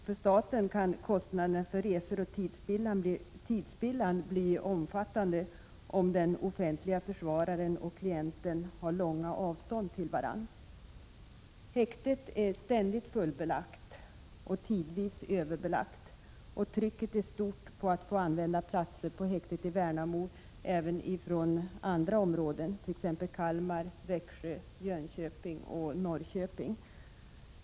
För staten kan kostnaderna när det gäller resor och tidsspillan bli omfattande, om offentlig försvarare och klient måste färdas långt för att komma till varandra. Häktet i Värnamo är ständigt fullbelagt. Tidvis är det överbelagt. Trycket är stort. Även i andra områden vill man använda platserna i häktet i Värnamo. Det gäller t.ex. Kalmar, Växjö, Jönköping och Norrköping.